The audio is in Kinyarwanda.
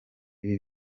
ibi